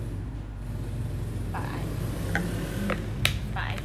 but I but I can only charge my phone